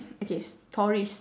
okay stories